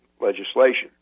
legislation